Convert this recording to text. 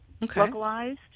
localized